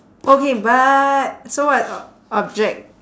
okay but so what o~ object